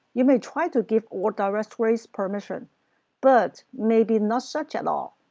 you may try to give all directories permission but maybe not such at all!